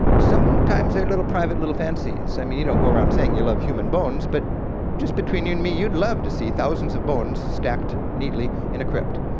and sometimes they're little private little fancies, i mean, you don't go around saying you love human bones but just between you and me, you'd love to see thousands of bones stacked neatly in a crypt.